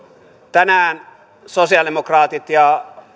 tänään sosialidemokraatit ja